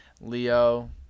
Leo